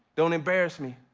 don't embarrass me,